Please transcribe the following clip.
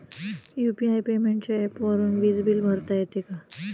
UPI पेमेंटच्या ऍपवरुन वीज बिल भरता येते का?